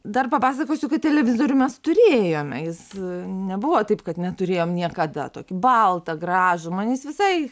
dar papasakosiu kad televizorių mes turėjome jis nebuvo taip kad neturėjom niekada tokį baltą gražų man jis visai